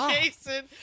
Jason